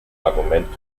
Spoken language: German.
argument